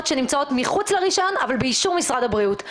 שנמצאות מחוץ לרישיון אבל באישור משרד הבריאות,